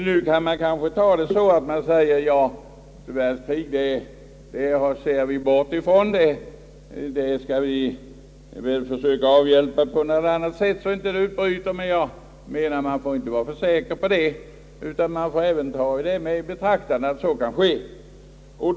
Nu kan man säga: »Världskrig skall vi se bort ifrån, vi skall väl försöka på något sätt se till att de inte utbryter.« Men man får inte vara för säker på det, utan måste ta med i beräkningen att det kan bli ett nytt världskrig.